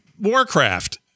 Warcraft